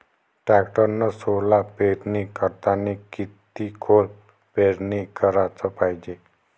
टॅक्टरनं सोला पेरनी करतांनी किती खोल पेरनी कराच पायजे?